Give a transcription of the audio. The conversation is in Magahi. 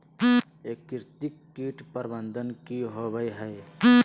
एकीकृत कीट प्रबंधन की होवय हैय?